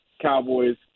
Cowboys